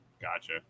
Gotcha